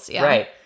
Right